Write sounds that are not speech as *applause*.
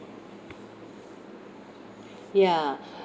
ya *breath*